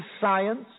science